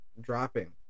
dropping